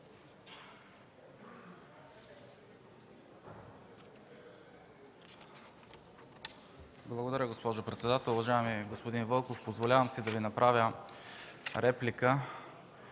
Благодаря, госпожо председател. Уважаеми господин Вълков, позволявам си да Ви направя реплика